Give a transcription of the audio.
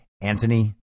Anthony